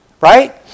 Right